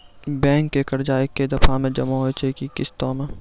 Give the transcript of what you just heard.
Bank के कर्जा ऐकै दफ़ा मे जमा होय छै कि किस्तो मे?